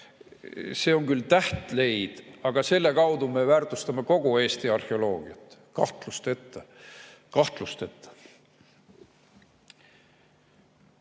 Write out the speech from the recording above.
See on küll tähtleid, aga selle kaudu me väärtustame kogu Eesti arheoloogiat, kahtlusteta. Kahtlusteta.